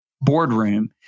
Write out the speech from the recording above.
boardroom